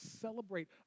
celebrate